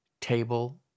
table